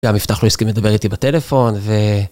גם יפתח לא הסכים לדבר איתי בטלפון ו...